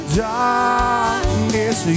darkness